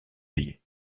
œillets